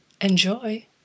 Enjoy